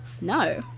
No